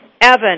Evan